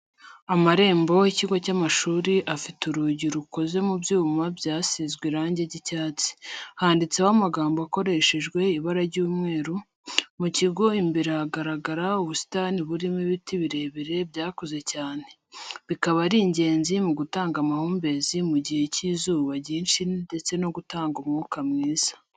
Amarembo y'ikigo cy'amashuri afite urugi rukoze mu byuma byasizwe irangi ry'icyatsi, handitseho amagambo akoreshejwe ibara ry'umweru, mu kigo imbere hagaragara ubusitani burimo n'ibiti birebire byakuze cyane, bikaba ari ingenzi mu gutanga amahumbezi mu gihe cy'izuba ryinshi ndetse no gutanga umwuka mwiza.